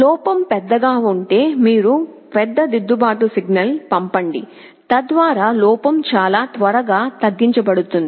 లోపం పెద్దగా ఉంటే మీరు పెద్ద దిద్దుబాటు సిగ్నల్ పంపండి తద్వారా లోపం చాలా త్వరగా తగ్గించబడుతుంది